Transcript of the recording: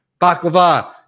Baklava